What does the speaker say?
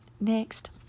next